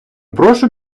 прошу